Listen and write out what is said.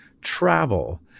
travel